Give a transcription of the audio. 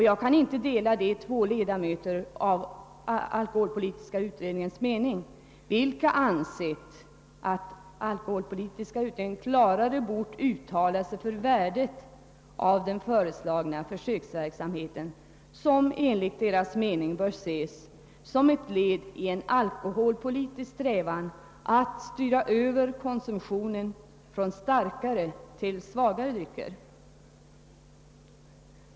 Jag kan inte dela de två ledamöters mening i alkoholpolitiska utredningen, vilka ansett, att utredningen klarare bort uttala sig för värdet av den föreslagna försöksverksamheten, som enligt deras mening bör ses som ett led i en alkoholpolitisk strävan att styra över konsumtionen från starkare till svagare drycker.